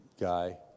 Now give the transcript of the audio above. guy